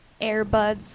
AirBuds